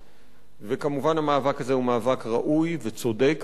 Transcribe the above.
וכמובן, המאבק הזה הוא מאבק ראוי, צודק ונכון.